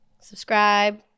subscribe